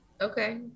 okay